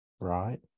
right